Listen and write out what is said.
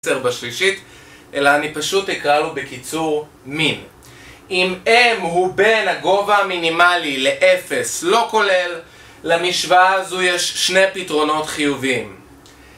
בשלישית, אלא אני פשוט אקרא לו בקיצור מין. אם m הוא בין הגובה המינימלי לאפס, לא כולל, למשוואה הזו יש שני פתרונות חיוביים.